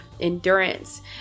endurance